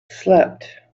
slept